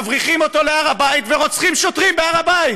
מבריחים אותו להר הבית ורוצחים שוטרים בהר הבית,